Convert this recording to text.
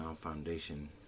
Foundation